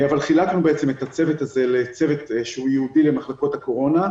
אבל חילקנו את הצוות הזה לצוות שהוא ייעודי למחלקות הקורונה,